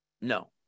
No